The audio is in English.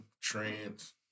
trans